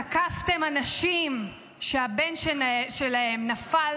תקפתם אנשים שהבן שלהם נפל